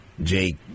Jake